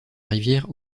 rivière